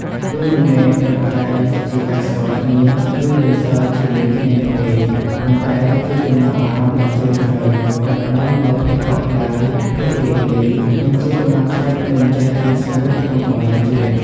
វាមិនមែនត្រឹមតែជាការស្គាល់គ្នា ឬលេងសើចជាមួយគ្នានោះទេ ប៉ុន្តែជា ចំណងអារម្មណ៍ដ៏ជ្រាលជ្រៅ ដែលផ្តល់នូវភាពកក់ក្តៅ ភាពរីករាយ និងជាកម្លាំងចិត្តមិនចេះរីងស្ងួតក្នុងដំណើរជីវិត។